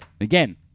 Again